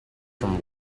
from